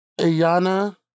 Ayana